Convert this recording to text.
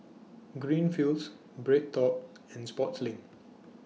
Greenfields BreadTalk and Sportslink